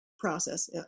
Process